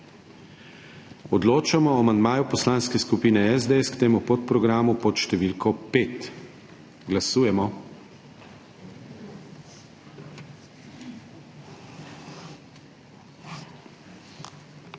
Odločamo o amandmaju Poslanske skupine SDS k temu podprogramu. Glasujemo.